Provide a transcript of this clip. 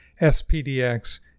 SPDX